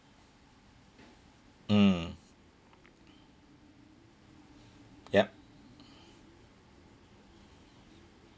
mm yup